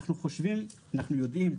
אנחנו חושבים ואנחנו יודעים,